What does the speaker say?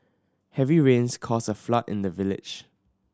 heavy rains caused a flood in the village